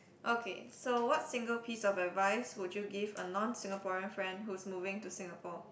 okay so what single piece of advice would you give to a non Singaporean friend who's moving to Singapore